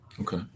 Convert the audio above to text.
Okay